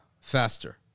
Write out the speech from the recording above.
faster